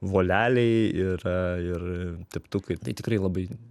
voleliai ir ir teptukai tai tikrai labai